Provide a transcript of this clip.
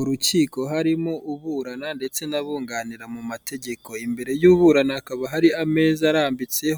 Kuri iyi shusho ya gatatu ndabona ibinyabiziga by'abashinzwe umutekano wo mu Rwanda, ikinyabiziga